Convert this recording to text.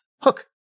Hook